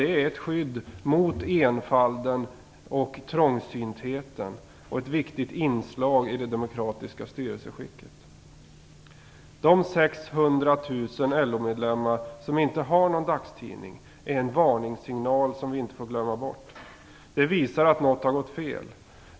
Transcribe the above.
Det är ett skydd mot enfalden och trångsyntheten och ett viktigt inslag i det demokratiska styrelseskicket. Att 600 000 LO-medlemmar inte har någon dagstidning är en varningssignal som vi inte får glömma bort. Det visar att något har gått fel.